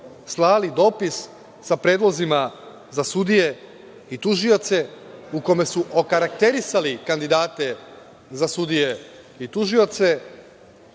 slali dopis sa predlozima za sudije i tužioce u kome su okarakterisali kandidate za sudije i tužioce,